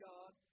God